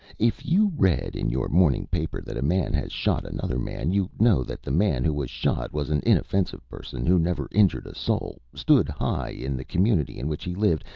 if you read in your morning paper that a man has shot another man, you know that the man who was shot was an inoffensive person who never injured a soul, stood high in the community in which he lived,